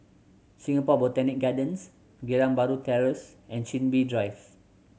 Singapore Botanic Gardens Geylang Bahru Terrace and Chin Bee Drive